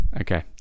Okay